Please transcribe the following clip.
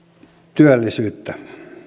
työllisyyttä